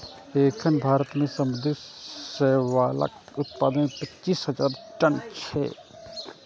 एखन भारत मे समुद्री शैवालक उत्पादन पच्चीस हजार टन छै